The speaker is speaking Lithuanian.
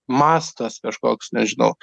mastas kažkoks nežinau